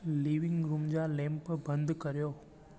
leaving room जा lamp बंदि कयो